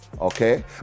okay